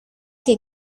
que